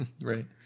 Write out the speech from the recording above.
Right